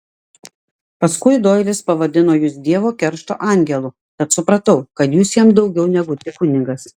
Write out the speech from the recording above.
paskui doilis pavadino jus dievo keršto angelu tad supratau kad jūs jam daugiau negu tik kunigas